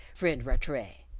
friend rattray,